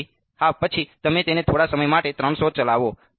તેથી હા પછી તમે તેને થોડા સમય માટે 300 ચલાવો